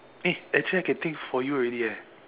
eh actually I can think for you already eh